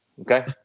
Okay